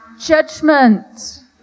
judgment